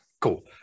Cool